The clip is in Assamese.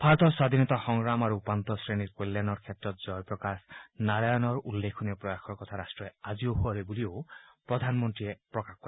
ভাৰতৰ স্বাধীনতা সংগ্ৰাম আৰু উপান্ত শ্ৰেণীৰ কল্যাণৰ ক্ষেত্ৰত জয়প্ৰকাশ নাৰায়ণৰ উল্লেখনীয় প্ৰয়াসৰ কথা ৰাট্টই আজিও সোঁৱৰে বুলিও প্ৰধানমন্ত্ৰীয়ে প্ৰকাশ কৰে